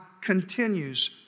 continues